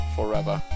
Forever